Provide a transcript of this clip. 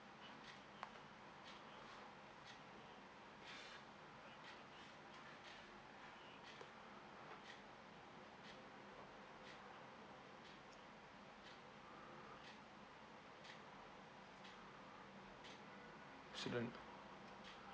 student